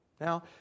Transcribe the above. Now